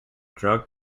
drug